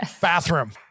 bathroom